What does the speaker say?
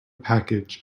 package